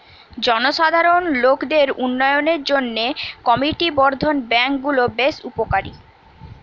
জনসাধারণ লোকদের উন্নয়নের জন্যে কমিউনিটি বর্ধন ব্যাংক গুলো বেশ উপকারী